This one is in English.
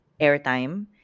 airtime